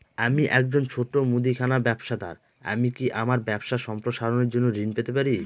আমি একজন ছোট মুদিখানা ব্যবসাদার আমি কি আমার ব্যবসা সম্প্রসারণের জন্য ঋণ পেতে পারি?